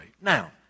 Now